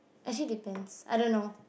actually depends I don't know